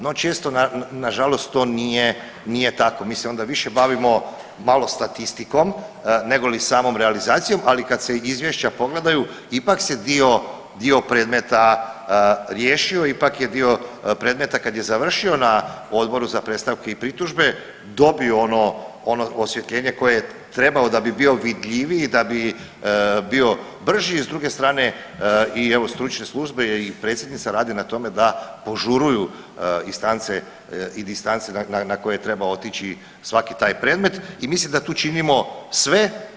No često nažalost to nije tako, mi se onda više bavimo malo statistikom negoli samom realizacijom, ali kad se izvješća pogledaju ipak se dio predmeta riješio, ipak je dio predmeta kad je završio na Odboru za predstavke i pritužbe dobio ono osvjetljenje koje je trebao da bi bio vidljiviji da bi bio brži i s druge strane evo i službe i predsjednica radi na tome da požuruju instance i distance na koje treba otići svaki taj predmet i mislim da tu činimo sve.